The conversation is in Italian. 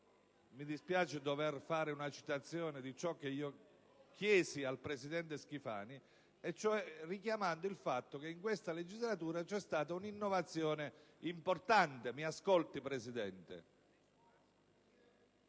mi dispiace dover fare una citazione di ciò che io chiesi al presidente Schifani - richiamando il fatto che in questa legislatura era stata introdotta un'innovazione importante (mi ascolti signor